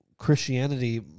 Christianity